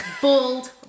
Bold